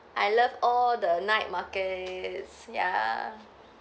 I love all the night markets ya